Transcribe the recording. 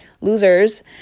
losers